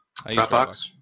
Dropbox